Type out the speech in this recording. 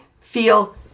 feel